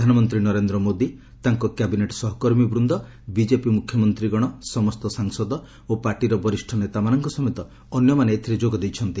ପ୍ରଧାନମନ୍ତ୍ରୀ ନରେନ୍ଦ୍ର ମୋଦି ତାଙ୍କ କ୍ୟାବିନେଟ୍ ସହକର୍ମୀବୃନ୍ଦ ବିଜେପି ମୁଖ୍ୟମନ୍ତ୍ରୀ ଗଣ ସମସ୍ତ ସାଂସଦ ଓ ପାର୍ଟିର ବରିଷ୍ଠ ନେତାମାନଙ୍କ ସମେତ ଅନ୍ୟମାନେ ଏଥିରେ ଯୋଗ ଦେଇଛନ୍ତି